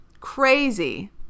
Crazy